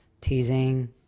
Teasing